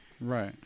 Right